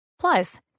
Plus